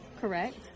Correct